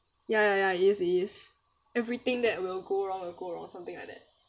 ya ya ya it is it is everything that will go wrong will go wrong something like that